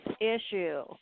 issue